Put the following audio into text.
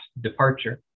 departure